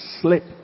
slip